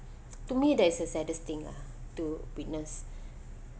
to me that is the saddest thing lah to witness